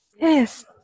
yes